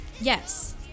Yes